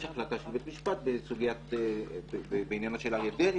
יש החלטה של בית משפט בעניינו של אריה דרעי,